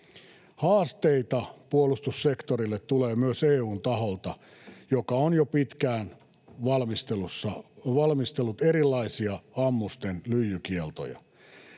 Haasteita puolustussektorille tulee myös EU:n taholta, joka on jo pitkään valmistellut erilaisia ammusten lyijykieltoja.